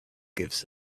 gives